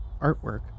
artwork